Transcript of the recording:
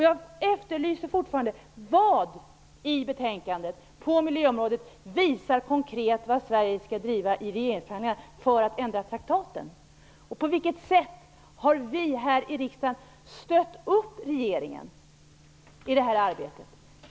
Jag efterlyser fortfarande ett svar på dessa frågor: Vad i betänkandet på miljöområdet visar konkret vad Sverige skall driva i regeringsförhandlingarna för att ändra traktaten? På vilket sätt har vi här i riksdagen stöttat regeringen i det här arbetet?